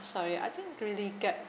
sorry I didn't really get